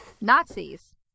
Nazis